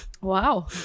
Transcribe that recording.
Wow